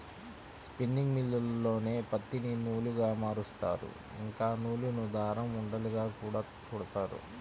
spinning మిల్లుల్లోనే పత్తిని నూలుగా మారుత్తారు, ఇంకా నూలును దారం ఉండలుగా గూడా చుడతారు